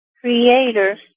creators